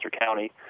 County